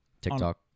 TikTok